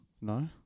No